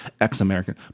ex-American